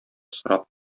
сорап